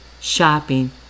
shopping